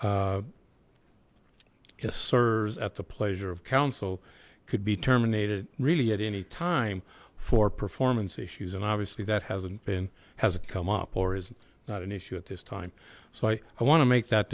serves at the pleasure of counsel could be terminated really at any time for performance issues and obviously that hasn't been hasn't come up or isn't not an issue at this time so i i want to make that